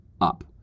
up